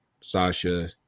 Sasha